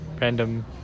random